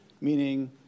meaning